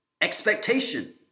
expectation